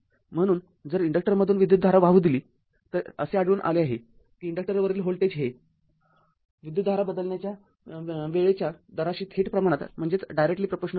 म्हणून जर इन्डक्टरमधून विद्युतधारा वाहू दिली तर असे आढळून आले आहे किइन्डक्टरवरील व्होल्टेज हे विद्युतधारा बदलण्याच्या वेळेच्या दराशी थेट प्रमाणात आहे